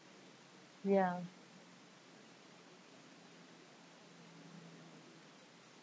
ya